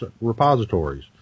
repositories